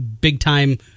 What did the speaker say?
big-time